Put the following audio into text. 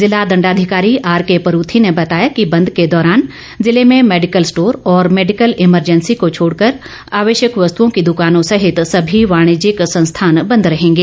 जिला दंडाधिकारी आरके परूथी ने बताया कि बंद के दौरान जिले में मेडिकल स्टोर और मेडिकल इमरजेंसी को छोड़कर आवश्यक वस्तुओं की दुकानों सहित सभी वाणिज्यिक संस्थान बंद रहेंगे